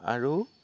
আৰু